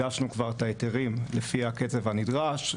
הגשנו כבר את ההיתרים לפי הקצב הנדרש,